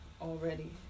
already